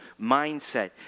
mindset